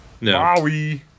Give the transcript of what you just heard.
No